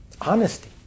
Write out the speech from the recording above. Honesty